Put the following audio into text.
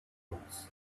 gold